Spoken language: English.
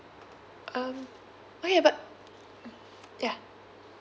um okay but ya